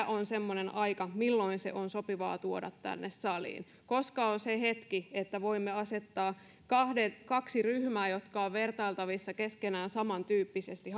on semmoinen aika milloin se on sopivaa tuoda tänne saliin koska on se hetki että voimme asettaa rinnakkain kaksi ryhmää jotka ovat vertailtavissa keskenään samantyyppisesti